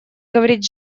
говорить